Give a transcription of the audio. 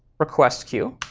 request queue,